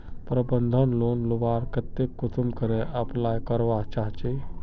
प्रबंधन लोन लुबार केते कुंसम करे अप्लाई करवा चाँ चची?